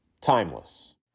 timeless